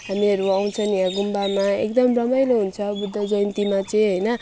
हामीहरू आउँछौँ यहाँ गुम्बामा एकदम रमाइलो हुन्छ बुद्ध जयन्तीमा चाहिँ होइन